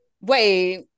wait